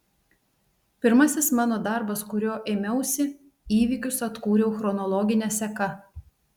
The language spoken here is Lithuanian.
pirmasis mano darbas kurio ėmiausi įvykius atkūriau chronologine seka